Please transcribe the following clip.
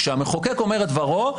כשהמחוקק אומר את דברו,